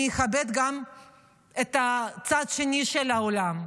אני אכבד גם את הצד השני של האולם.